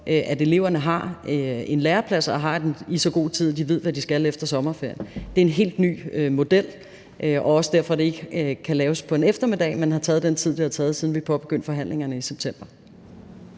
at eleverne har en læreplads og har den i så god tid, at de ved, hvad de skal efter sommerferien. Det er en helt ny model, og det er også derfor, at det ikke kan laves på en eftermiddag, men har taget den tid, det har taget, siden vi påbegyndte forhandlingerne i september.